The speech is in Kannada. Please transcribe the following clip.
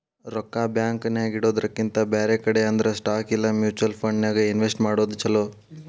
ರೊಕ್ಕಾ ಬ್ಯಾಂಕ್ ನ್ಯಾಗಿಡೊದ್ರಕಿಂತಾ ಬ್ಯಾರೆ ಕಡೆ ಅಂದ್ರ ಸ್ಟಾಕ್ ಇಲಾ ಮ್ಯುಚುವಲ್ ಫಂಡನ್ಯಾಗ್ ಇನ್ವೆಸ್ಟ್ ಮಾಡೊದ್ ಛಲೊ